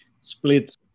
split